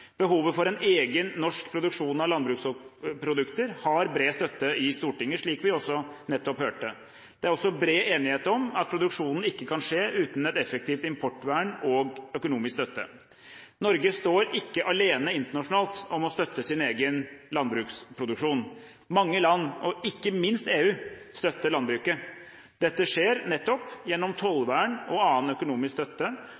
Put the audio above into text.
Behovet for en egen norsk produksjon av landbruksprodukter har bred støtte i Stortinget, slik vi også nettopp hørte. Det er også bred enighet om at produksjon ikke kan skje uten et effektivt importvern og økonomisk støtte. Norge står ikke alene internasjonalt om å støtte egen landbruksproduksjon. Mange land – ikke minst i EU – støtter landbruket. Dette skjer nettopp gjennom